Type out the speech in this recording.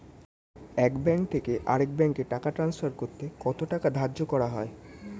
এক ব্যাংক থেকে আরেক ব্যাংকে টাকা টান্সফার করতে কত টাকা ধার্য করা হয়?